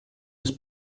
was